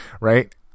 Right